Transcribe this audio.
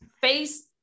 face